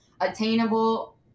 attainable